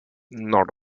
not